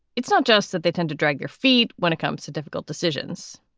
it's not just that they tend to drag their feet when it comes to difficult decisions.